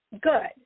Good